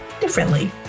differently